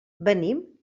venim